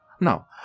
Now